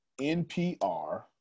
NPR